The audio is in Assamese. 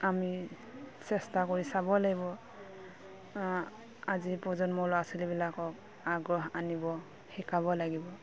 আমি চেষ্টা কৰি চাব লাগিব আজি প্ৰজন্মৰ ল'ৰা ছোৱালীবিলাকক আগ্ৰহ আনিব শিকাব লাগিব